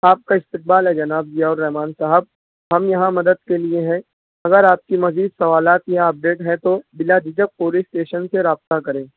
آپ کا استقبال ہے جناب ضیاءالرحمٰن صاحب ہم یہاں مدد کے لیے ہیں اگر آپ کی مزید سوالات یا اپ ڈیٹ ہیں تو بلا جھجھک پولیس اسٹیشن سے رابطہ کریں